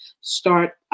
start